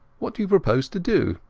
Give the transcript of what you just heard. what do you propose to do